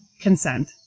consent